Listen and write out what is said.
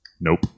Nope